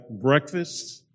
breakfast